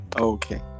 okay